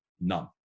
None